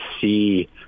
see